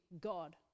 God